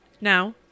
Now